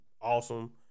Awesome